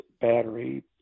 battery